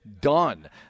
done